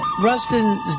Rustin